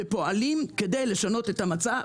ופועלים כדי לשנות את המצב,